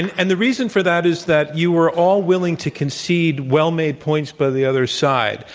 and the reason for that is that you were all willing to concede well-made points by the other side.